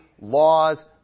laws